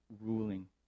ruling